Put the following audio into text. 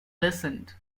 listened